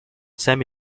semi